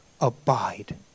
Abide